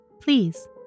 Please